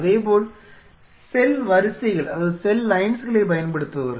அதேபோல செல் வரிசைகளை பயன்படுத்துபவர்கள்